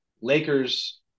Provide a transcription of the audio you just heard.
Lakers